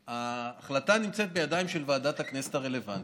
ההחלטה נמצאת בידיים של ועדת הכנסת הרלוונטית,